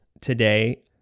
today